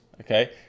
okay